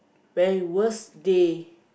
very worst day